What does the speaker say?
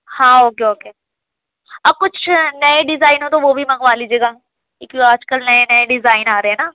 ہاں okay okay اور کچھ نئے ڈیزائن ہو تو وہ بھی منگوا لیجیے گا کیونکہ آج کل نئے نئے ڈیزائن آ رہے ہیں نا